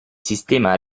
sistema